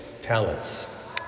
talents